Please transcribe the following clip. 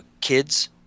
kids